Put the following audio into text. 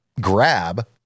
grab